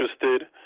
interested